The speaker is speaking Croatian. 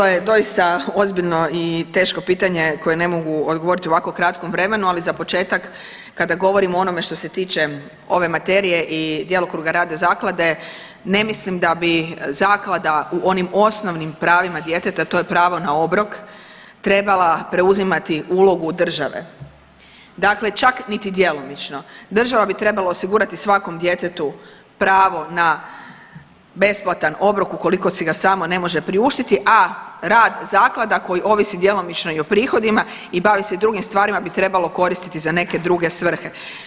To je doista ozbiljno i teško pitanje koje ne mogu odgovoriti u ovako kratkom vremenu, ali za početak, kada govorimo o onome što se tiče ove materije i djelokruga rada Zaklade, ne mislim da bi zaklada u onim osnovnim pravima djeteta, to je pravo na obrok trebala preuzimati ulogu države, dakle čak niti djelomično, država bi trebala osigurati svakom djetetu pravo na besplatan obrok ukoliko si ga samo ne može priuštiti, a rad zaklada koji ovisi djelomično i o prihodima i bavi se i drugim stvarima bi trebalo koristiti za neke druge svrhe.